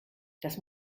das